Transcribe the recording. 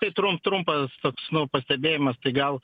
taip trum trumpas toks nu pastebėjimas tai gal